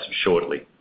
shortly